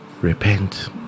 repent